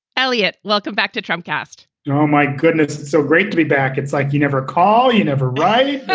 eliot, welcome back to trump cast oh, my goodness. it's so great to be back. it's like you never call you never write